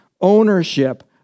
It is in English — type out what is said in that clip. Ownership